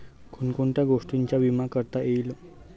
कोण कोणत्या गोष्टींचा विमा करता येईल?